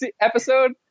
episode